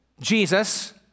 Jesus